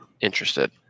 interested